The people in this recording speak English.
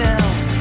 else